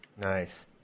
Nice